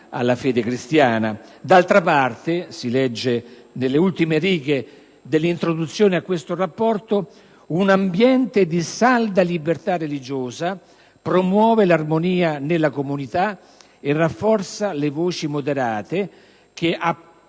alla fede cristiana. «D'altra parte», si legge nelle ultime righe dell'introduzione a questo rapporto, «un ambiente di salda libertà religiosa promuove l'armonia nella comunità e rafforza le voci moderate